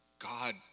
God